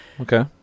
Okay